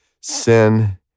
sin